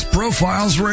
Profiles